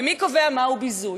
ומי קובע מהו ביזוי?